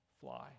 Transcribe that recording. fly